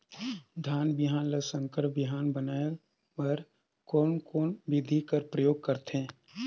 धान बिहान ल संकर बिहान बनाय बर कोन कोन बिधी कर प्रयोग करथे?